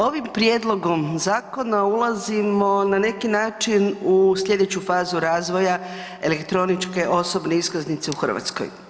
Ovim prijedlogom zakona ulazimo na neki način u slijedeću fazu razvoja elektroničke osobne iskaznice u Hrvatskoj.